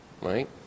right